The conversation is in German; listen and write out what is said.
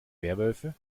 werwölfe